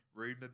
Rumor